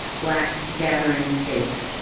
black gathering space,